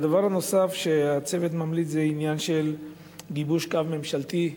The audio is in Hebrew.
הדבר הנוסף שהצוות ממליץ זה עניין של גיבוש קו ממשלתי,